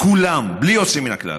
כולם בלי יוצא מן הכלל